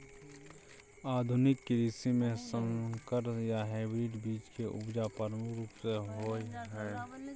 आधुनिक कृषि में संकर या हाइब्रिड बीज के उपजा प्रमुख रूप से होय हय